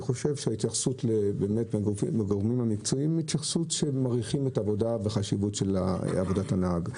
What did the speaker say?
ההתייחסות על ידי הגורמים המקצועיים היא שמעריכים את חשיבות עבודת הנהג.